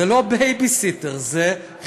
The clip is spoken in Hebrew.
זה לא בייביסיטר, זה חינוך.